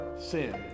Sin